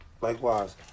Likewise